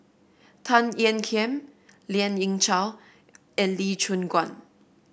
Tan Ean Kiam Lien Ying Chow and Lee Choon Guan